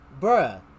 Bruh